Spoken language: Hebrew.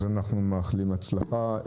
אז אנחנו מאחלים הצלחה.